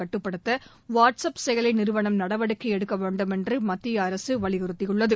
கட்டுப்படுத்த வாட்ஸ்அப் செயலி நிறுவனம் நடவடிக்கை எடுக்க வேண்டும் என்று மத்திய அரசு வலியுறுத்தியுள்ளது